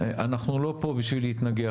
אנחנו לא פה בשביל להתנגח,